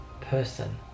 person